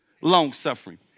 long-suffering